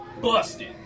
busted